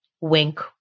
Wink